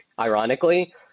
ironically